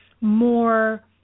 more